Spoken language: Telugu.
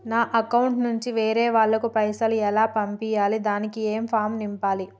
నా అకౌంట్ నుంచి వేరే వాళ్ళకు పైసలు ఎలా పంపియ్యాలి దానికి ఏ ఫామ్ నింపాలి?